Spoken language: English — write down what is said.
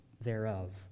thereof